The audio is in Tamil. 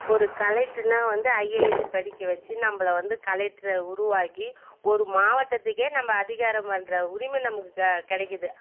ஒரு கலெக்ட்ருன்னா வந்து ஐஏஎஸ் படிக்க வச்சு நம்மள வந்து கலெக்ட்ரை உருவாக்கி ஒரு மாவட்டத்துக்கே நம்ம அதிகாரம் பண்ணுற உரிமை நமக்கு க கிடைக்கிது